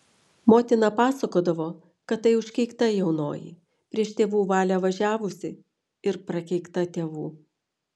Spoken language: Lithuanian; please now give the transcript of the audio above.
motina pasakodavo kad tai užkeikta jaunoji prieš tėvų valią važiavusi ir prakeikta tėvų